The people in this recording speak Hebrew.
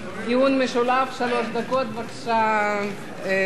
בבקשה, מר גפני.